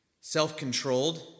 Self-controlled